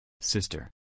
Sister